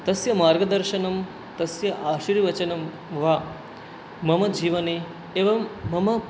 तस्य मार्गदर्शनं तस्य आशीर्वचनं वा मम जीवने एवं मम